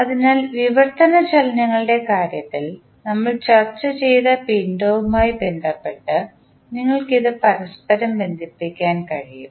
അതിനാൽ വിവർത്തന ചലനങ്ങളുടെ കാര്യത്തിൽ നമ്മൾ ചർച്ച ചെയ്ത പിണ്ഡവുമായി ബന്ധപ്പെട്ട് നിങ്ങൾക്ക് ഇത് പരസ്പരം ബന്ധിപ്പിക്കാൻ കഴിയും